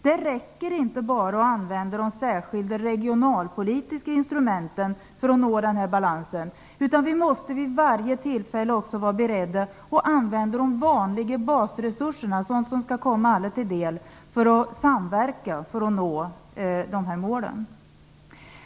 Det räcker inte att bara använda de särskilda regionalpolitiska instrumenten för att nå den balansen, utan vi måste vi varje tillfälle också vara beredda att använda de vanliga basresurserna som skall komma alla till del och samverka för att nå dessa mål.